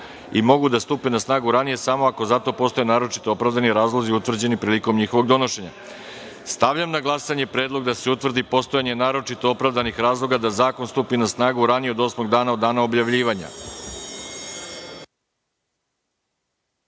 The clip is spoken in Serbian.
i mogu da stupe na snagu ranije samo ako za to postoje naročito opravdani razlozi utvrđeni prilikom njihovog donošenja. Stavljam na glasanje predlog da se utvrdi postojanje naročito opravdanih razloga da zakon stupi na snagu ranije od osmog dana od dana objavljivanja. Zaključujem